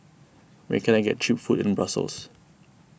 where can I get Cheap Food in Brussels